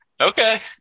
Okay